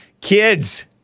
Kids